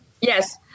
yes